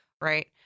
right